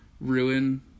ruin